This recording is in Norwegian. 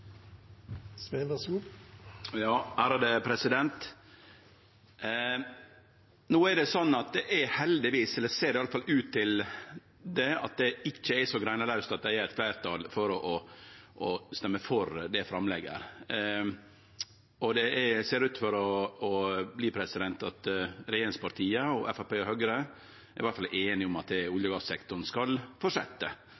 No er det heldigvis sånn, eller det ser i alle fall slik ut, at det ikkje er så greinelaust at det er eit fleirtal for å røyste for dette framlegget. Det ser ut til at regjeringspartia, Framstegspartiet og Høgre i alle fall er einige om at olje-